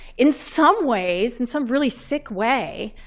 in some ways, in some really sick way,